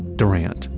durant,